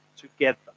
together